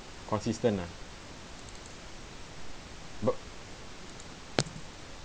consistent ah but